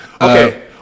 Okay